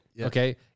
okay